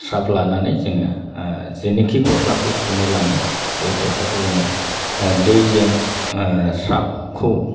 स्राब लानानै जोङो जेनिखि गस्लाखौ सुनो लानाय बे गस्लाखौ जोङो दैजों स्राबखौ